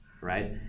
right